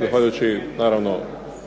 zahvaljujući naravno